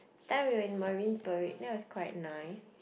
that we were in Marine-Parade that was quite nice